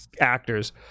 actors